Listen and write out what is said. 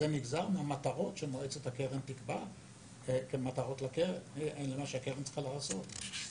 אבל זה נגזר מהמטרות שמועצת הקרן תקבע כמה שהקרן צריכה לעשות.